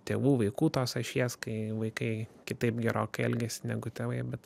tėvų vaikų tos ašies kai vaikai kitaip gerokai elgiasi negu tėvai bet